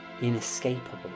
inescapable